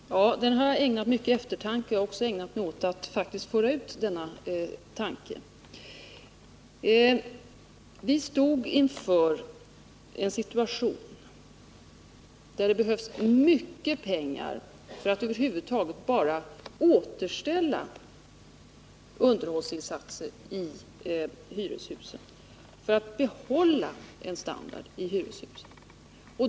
Herr talman! Ja, den frågan har jag ägnat mycken eftertanke, och jag har också ägnat mig åt att föra ut denna tanke. Vi stod inför en situation där det behövdes mycket pengar bara för att över huvud taget återställa hyreshusen i ett bättre skick genom behövliga underhållsinsatser, dvs. behålla den normala standarden i hyreshusen.